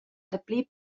dapli